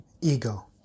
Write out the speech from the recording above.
ego